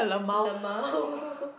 lmao